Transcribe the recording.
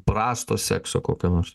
prasto sekso kokio nors